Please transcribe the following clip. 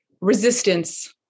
resistance